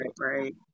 right